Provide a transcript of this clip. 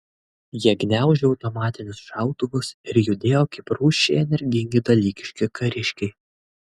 jie gniaužė automatinius šautuvus ir judėjo kaip rūsčiai energingi dalykiški kariškiai